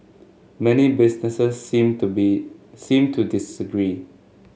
many businesses seem to be seem to disagree